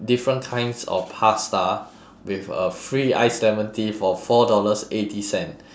different kinds of pasta with a free ice lemon tea for four dollars eighty cent